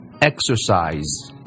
exercise